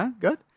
Good